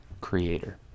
creator